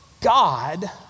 God